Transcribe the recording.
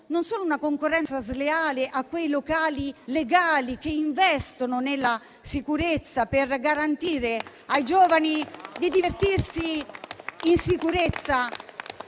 non solo fanno una concorrenza sleale ai locali legali, che investono nella sicurezza, per garantire ai giovani di divertirsi in sicurezza